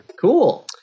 Cool